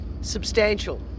substantial